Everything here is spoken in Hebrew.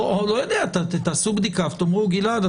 או תעשו בדיקה ותגידו: גלעד,